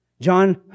John